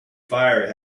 fire